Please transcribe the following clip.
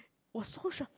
was so shock